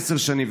עשר שנים,